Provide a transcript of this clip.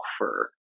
offer